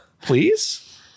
please